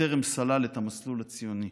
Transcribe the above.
בטרם סלל את המסלול הציוני.